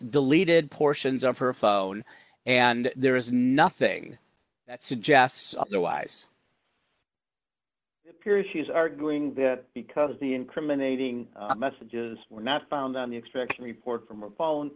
deleted portions of her phone and there is nothing that suggests otherwise period she is arguing that because the incriminating messages were not found on the inspection report from a b